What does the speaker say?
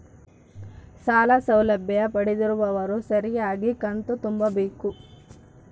ಸಾಲ ಸೌಲಭ್ಯ ಪಡೆದಿರುವವರು ಸರಿಯಾಗಿ ಕಂತು ತುಂಬಬೇಕು?